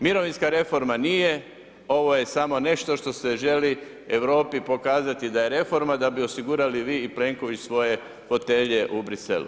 Mirovinska reforma nije, ovo je samo nešto što se želi Europi pokazati da je reforma da bi osigurali vi i Plenković svoje fotelje u Briselu.